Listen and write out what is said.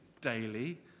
daily